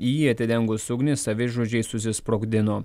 į jį atidengus ugnį savižudžiai susisprogdino